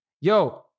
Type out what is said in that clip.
yo